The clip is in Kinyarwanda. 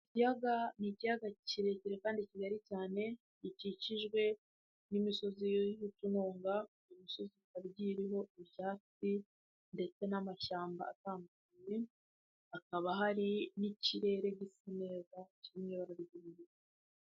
Ikiyaga ni ikiyaga kirekire kandi kigari cyane, gikikijwe n'imisozi y'utununga, imisozi ikaba igiye iriho ibyatsi ndetse n'amashyamba atandukanye akaba hari n'ikirere gisa neza cy'imyeru.